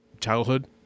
childhood